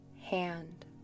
hand